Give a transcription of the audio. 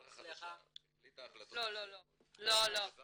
הדרך החדשה החליטה החלטות חשובות, וכך